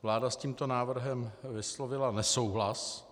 Vláda s tímto návrhem vyslovila nesouhlas.